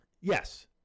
yes